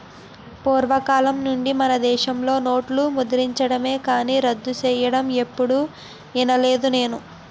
పూర్వకాలం నుండి మనదేశంలో నోట్లు ముద్రించడమే కానీ రద్దు సెయ్యడం ఎప్పుడూ ఇనలేదు నేను